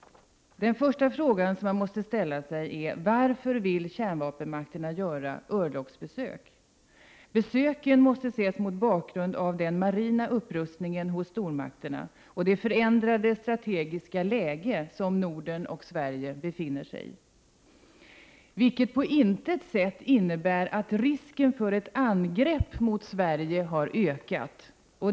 Den första fråga man måste ställa sig är: Varför vill kärnvapenmakterna göra örlogsbesök? Besöken måste ses mot bakgrund av stormakternas marina upprustning och det förändrade strategiska läge som Norden och Sverige befinner sig i. Detta innebär på intet sätt att risken för ett angrepp mot Sverige har ökat.